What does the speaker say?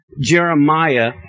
Jeremiah